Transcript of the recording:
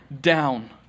down